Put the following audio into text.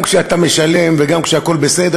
בואו ניתן לשר להשיב.